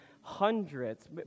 hundreds